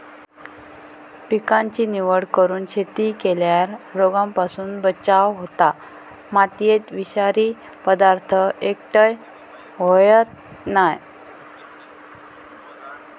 पिकाची निवड करून शेती केल्यार रोगांपासून बचाव होता, मातयेत विषारी पदार्थ एकटय होयत नाय